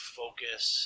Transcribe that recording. focus